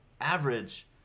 average